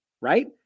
right